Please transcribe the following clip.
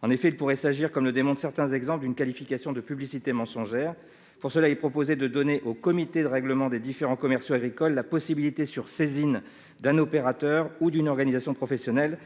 En effet, il pourrait s'agir, comme le démontrent certains exemples, d'une qualification de publicité mensongère. Pour cela, il est proposé de donner au CRDCA la possibilité, sur saisine d'un opérateur ou d'une organisation professionnelle,